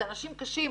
זה אנשים קשים.